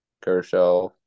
Kershaw